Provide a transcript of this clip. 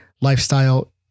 lifestyle